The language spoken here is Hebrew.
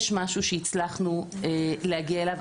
יש משהו שהצלחנו להגיע אליו.